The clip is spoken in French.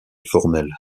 formelle